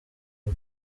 bwe